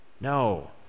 No